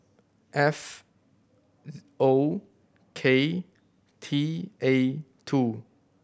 F O K T A two